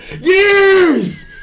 Years